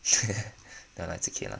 no lah it's okay lah